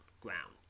ground